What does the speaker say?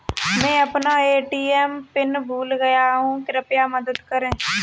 मैं अपना ATM PIN भूल गया हूँ, कृपया मदद करें